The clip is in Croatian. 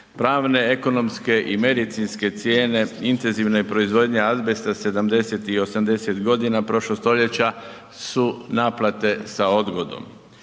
Pravne, ekonomske i medicinske cijene intenzivne proizvodnje azbesta 70-tih i 80-tih godina prošlog stoljeća su naplate sa odgodom.